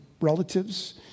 relatives